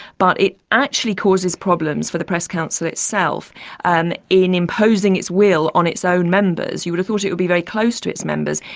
but it actually causes problems for the press council itself and in imposing its will on its own members. you would have thought it would be very close to its members.